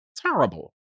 terrible